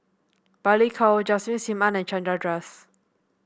Balli Kaur Jaswal Sim Ann and Chandra Das